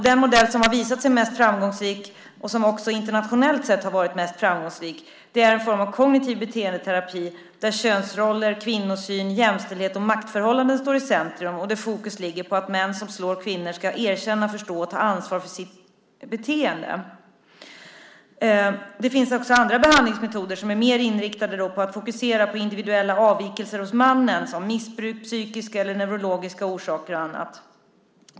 Den modell som har visat sig mest framgångsrik, och som också internationellt har varit mest framgångsrik, är en form av kognitiv beteendeterapi där könsroller, kvinnosyn, jämställdhet och maktförhållanden står i centrum. Där ligger fokus på att män som slår kvinnor ska erkänna, förstå och ta ansvar för sitt beteende. Det finns också andra behandlingsmetoder som är mer inriktade på att fokusera på individuella avvikelser hos mannen, till exempel missbruk, psykiska eller neurologiska faktorer och annat.